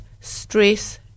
stress